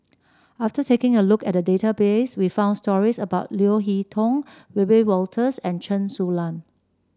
after taking a look at database we found stories about Leo Hee Tong Wiebe Wolters and Chen Su Lan